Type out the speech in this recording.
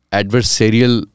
adversarial